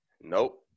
Nope